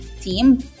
team